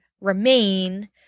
remain